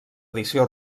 edició